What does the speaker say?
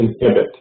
inhibit